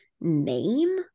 name